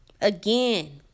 Again